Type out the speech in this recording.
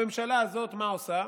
הממשלה הזאת, מה היא עושה?